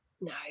No